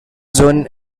zone